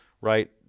right